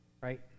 right